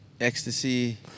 ecstasy